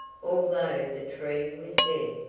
although the tree was dead.